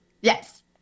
yes